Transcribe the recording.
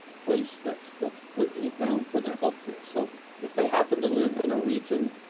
place that that put down for their health care so if they happen to live in a region,